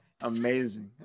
amazing